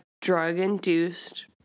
drug-induced